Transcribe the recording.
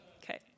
okay